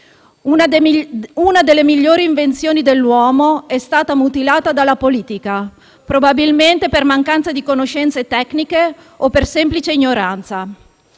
Una delle migliori invenzioni dell'uomo è stata mutilata dalla politica, probabilmente per mancanza di conoscenze tecniche o per semplice ignoranza.